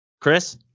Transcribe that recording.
Chris